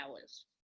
hours